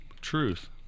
Truth